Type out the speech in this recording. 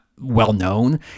well-known